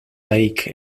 lake